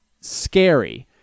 scary